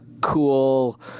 cool